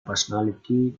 personality